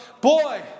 boy